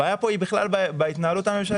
הבעיה פה היא בהתנהלות הממשלתית,